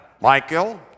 Michael